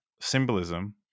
symbolism